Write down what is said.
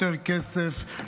יותר כסף,